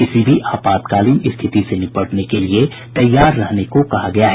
किसी भी आपातकालीन स्थिति से निपटने के लिए तैयार रहने को कहा गया है